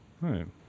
right